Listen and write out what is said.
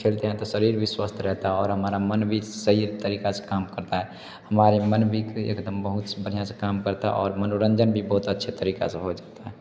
खेलते हैं तो शरीर भी स्वस्थ रहता है और हमारा मन भी सही तरीका से काम करता है हमारे मन भी एकदम बहुत बढ़िया से काम करता है और मनोरंजन भी बहुत अच्छे तरीके से हो जाता है